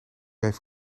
heeft